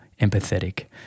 empathetic